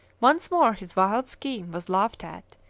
once more his wild scheme was laughed at,